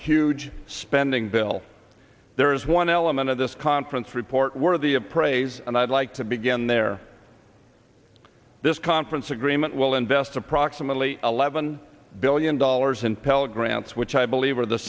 huge spending bill there is one element of this conference report worthy of praise and i'd like to begin there this conference agreement will invest approximately eleven billion dollars in pell grants which i believe are the